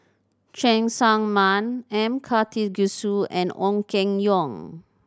Cheng Tsang Man M Karthigesu and Ong Keng Yong